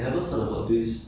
yeah